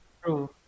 true